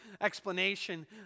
explanation